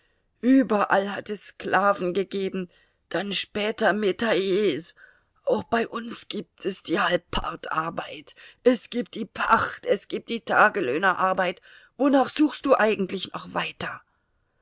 überall hat es sklaven gegeben dann später mtayers auch bei uns gibt es die halbpartarbeit es gibt die pacht es gibt die tagelöhnerarbeit wonach suchst du eigentlich noch weiter